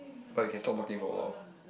but we can stop working for a while